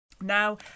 now